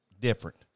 different